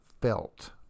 felt